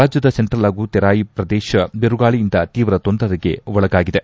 ರಾಜ್ಯದ ಸೆಂಟ್ರಲ್ ಹಾಗೂ ತೆರಾಯಿ ಪ್ರದೇಶ ಬಿರುಗಾಳಿಯಿಂದ ತೀವ್ರ ತೊಂದರೆಗೆ ಒಳಗಾಗಿದೆ